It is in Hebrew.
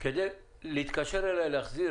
כדי להתקשר אליי להחזיר,